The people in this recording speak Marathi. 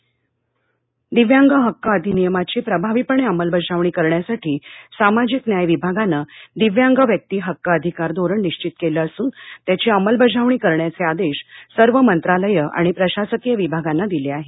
दिव्यांग दिव्यांग हक्क अधिनियमाची प्रभावीपणे अंमलबजावणी करण्यासाठी सामाजिक न्याय विभागानं दिव्यांग व्यक्ती हक्क अधिकार धोरण निश्वित केलं असून त्याची अंमलबजावणी करण्याचे आदेश सर्व मंत्रालयं आणि प्रशासकीय विभागांना दिले आहेत